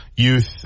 youth